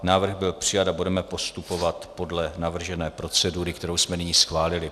Návrh byl přijat a budeme postupovat podle navržené procedury, kterou jsme nyní schválili.